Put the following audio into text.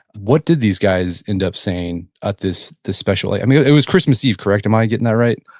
what did these guys end up saying at this this special? i mean it was christmas eve, correct? am i getting that right?